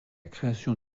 création